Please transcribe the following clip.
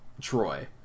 Troy